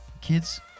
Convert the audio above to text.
Kids